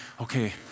okay